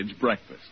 breakfast